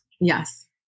Yes